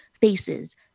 faces